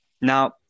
Now